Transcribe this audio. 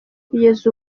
kugeza